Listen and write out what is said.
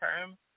term